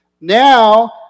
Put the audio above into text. Now